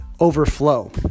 overflow